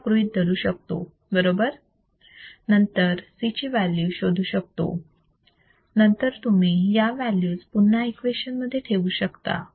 नंतर c ची value शोधू शकतो नंतर तुम्ही त्या व्हॅल्यूज पुन्हा इक्वेशन मध्ये ठेवू शकता